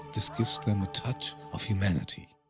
this gives them a touch of humanity.